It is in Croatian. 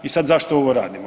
I sad zašto ovo radimo?